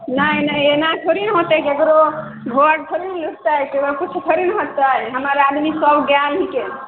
नहि नहि एना थोड़ी ने होयतै केकरो घर थोड़े ने लुटतै केओ हटतै हमर आदमी सभ गेल हय के